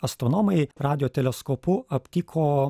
astronomai radijo teleskopu aptiko